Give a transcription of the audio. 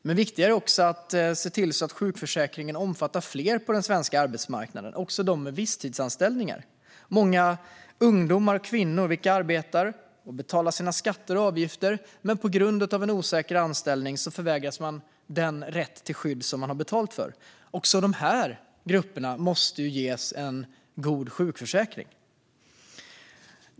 Men det är också viktigt att se till att sjukförsäkringen omfattar fler på den svenska arbetsmarknaden och också dem med visstidsanställningar. Det är många ungdomar och kvinnor som arbetar och betalar sina skatter och avgifter men som på grund av en osäker anställning förvägras den rätt till skydd som de har betalat för. Också de grupperna måste ges en god sjukförsäkring.